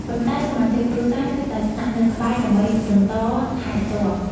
ប៉ុន្តែ សមាជិកគ្រួសារនៅតែស្នាក់នៅក្បែរ ដើម្បីបន្តថែទាំ។